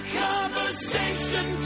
conversation